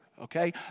okay